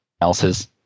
else's